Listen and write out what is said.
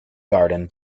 garden